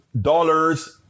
dollars